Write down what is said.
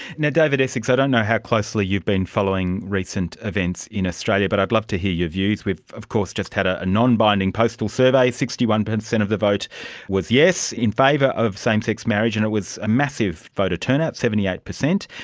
esseks, i don't know how closely you've been following recent events in australia but i'd love to hear your views. we've of course just had ah a non-binding postal survey, sixty one percent of the vote was yes in favour of same-sex marriage and it was a massive voter turnout, seventy eight percent.